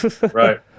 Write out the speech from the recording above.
Right